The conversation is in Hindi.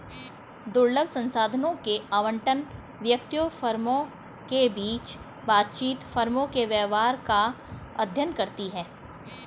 दुर्लभ संसाधनों के आवंटन, व्यक्तियों, फर्मों के बीच बातचीत, फर्मों के व्यवहार का अध्ययन करती है